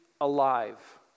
alive